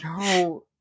no